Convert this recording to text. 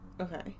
Okay